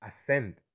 ascend